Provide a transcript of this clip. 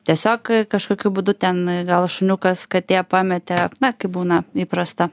tiesiog kažkokiu būdu ten gal šuniukas katė pametė na kaip būna įprasta